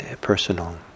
personal